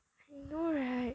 you know right